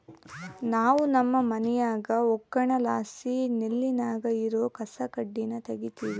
ನಾವು ನಮ್ಮ ಮನ್ಯಾಗ ಒಕ್ಕಣೆಲಾಸಿ ನೆಲ್ಲಿನಾಗ ಇರೋ ಕಸಕಡ್ಡಿನ ತಗೀತಿವಿ